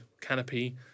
canopy